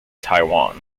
taiwan